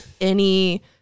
any-